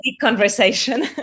conversation